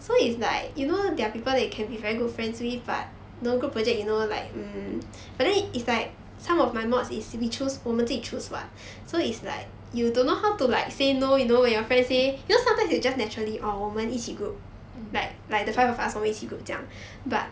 mm